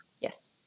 Yes